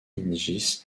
hingis